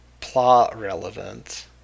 plot-relevant